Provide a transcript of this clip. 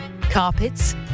carpets